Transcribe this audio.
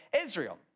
Israel